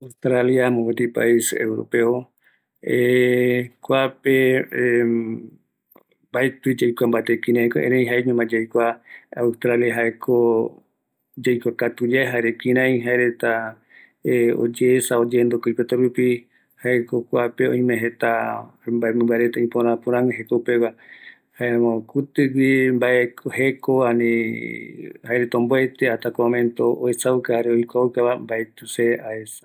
Australia möpëti tëtä Europeo, kuape mbaetï yaikuakavi mbate kiraiko, erei jaeñoma yaikua Australia jaeko, yaikuakatu yae jare kirai jaereta oyeesa, oyenduka oipotarupi, jaeko kuape oime jeta, mbae mïmbareta ïpörä Pórägue jekopegua, jaema kutïgui mbae jekova anii, jaereta omboete hasta kua momentova oesauka, jare oikuaukava mbaetï se aesa.